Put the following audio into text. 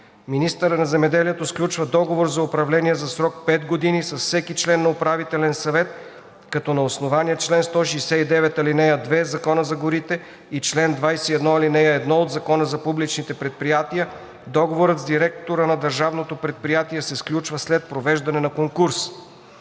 Министърът на земеделието сключва договор за управление за срок от пет години с всеки член на управителен съвет, като на основание чл. 169, ал. 2 от Закона за горите и чл. 21, ал. 1 от Закона за публичните предприятия договорът с директора на държавното предприятие се сключва след провеждането на конкурс.